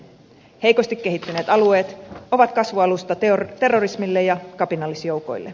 heikosti kehittyneet alueet ovat kasvualusta terrorismille ja kapinallisjoukoille